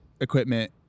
equipment